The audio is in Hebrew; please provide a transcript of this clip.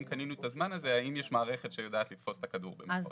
אם קנינו את הזמן הזה האם יש מערכת שיודעת לתפוס את הכדור ולפעול.